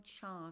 child